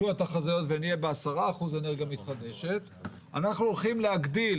עם קברניטי העיר חדרה ואני אבקש גם לתת להם לדבר